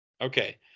Okay